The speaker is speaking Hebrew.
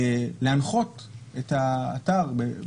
להנחות את האתר?